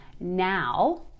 now